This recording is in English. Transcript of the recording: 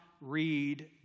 read